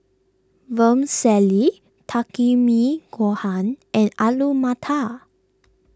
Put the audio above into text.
Vermicelli Takikomi Gohan and Alu Matar